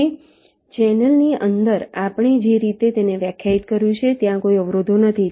હવે ચેનલની અંદર આપણે જે રીતે તેને વ્યાખ્યાયિત કર્યું છે ત્યાં કોઈ અવરોધો નથી